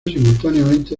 simultáneamente